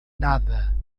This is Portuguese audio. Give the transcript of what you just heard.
nada